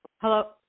Hello